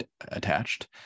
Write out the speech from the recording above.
attached